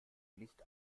nicht